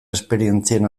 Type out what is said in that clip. esperientzien